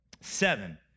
seven